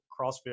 CrossFit